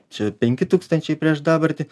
čia penki tūkstančiai prieš dabartį